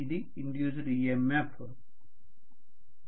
అది induced EMF